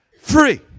free